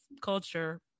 culture